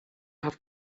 have